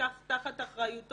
שייקח תחת אחריותו,